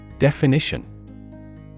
Definition